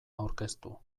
aurkeztu